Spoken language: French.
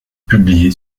publié